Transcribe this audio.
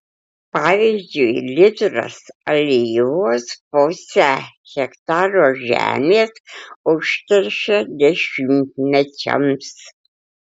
pavyzdžiui litras alyvos pusę hektaro žemės užteršia dešimtmečiams